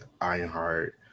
Ironheart